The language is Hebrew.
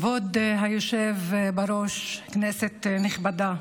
כבוד היושב-ראש, כנסת נכבדה,